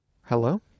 Hello